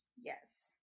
Yes